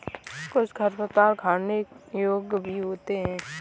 कुछ खरपतवार खाने योग्य भी होते हैं